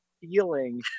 feeling